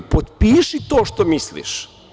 Potpiši to što misliš.